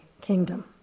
kingdom